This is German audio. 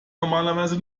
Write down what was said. normalerweise